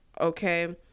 okay